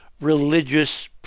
religious